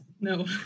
No